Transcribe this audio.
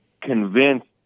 convinced